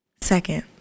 second